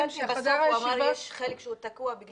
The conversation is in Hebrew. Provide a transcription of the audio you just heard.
בסוף הוא אמר שיש חלק שהוא תקוע.